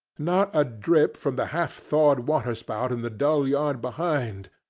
not a drip from the half-thawed water-spout in the dull yard behind,